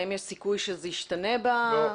האם יש סיכוי שזה ישתנה ב --- לא,